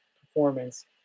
performance